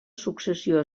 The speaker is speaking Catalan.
successió